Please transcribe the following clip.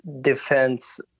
defense